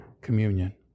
communion